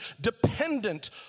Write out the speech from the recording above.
dependent